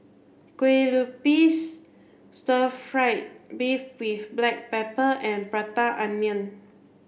Kue Lupis stir fried beef with black pepper and prata onion